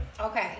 Okay